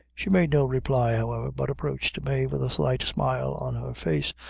she made no reply, however, but approached mave with a slight smile on her face,